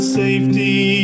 safety